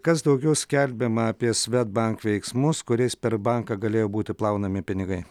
kas daugiau skelbiama apie svedbank veiksmus kuriais per banką galėjo būti plaunami pinigai